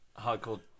hardcore